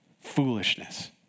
Foolishness